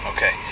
Okay